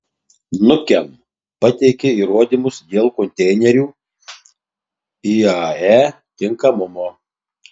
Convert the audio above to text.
nukem pateikė įrodymus dėl konteinerių iae tinkamumo